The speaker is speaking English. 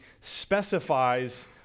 specifies